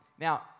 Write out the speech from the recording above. Now